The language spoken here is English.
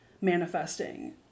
manifesting